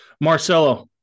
Marcelo